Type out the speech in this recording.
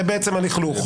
זה בעצם הלכלוך.